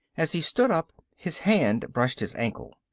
as he stood up his hand brushed his ankle.